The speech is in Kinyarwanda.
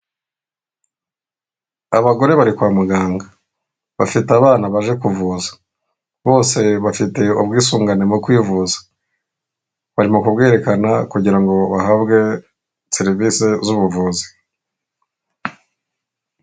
Abagore bari kwa muganga bafite abana baje kuvuza bose bafite ubwisungane mu kwivuza barimo kubwerekana kugira ngo bahabwe serivisi z'ubuvuzi.